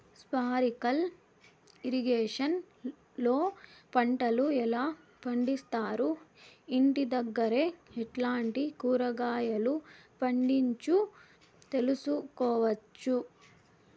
Sprinkle irrigation లో పంటలు ఎలా పండిస్తారు, ఇంటి దగ్గరే ఎట్లాంటి కూరగాయలు పండించు తెలుసుకోవచ్చు?